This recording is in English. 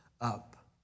up